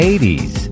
80s